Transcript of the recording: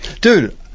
Dude